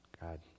God